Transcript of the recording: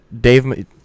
Dave